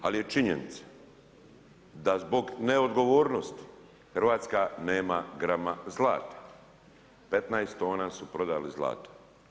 Ali, je činjenica, da zbog neodgovornosti Hrvatska nema grama zlata, 15 tona su prodali zlato.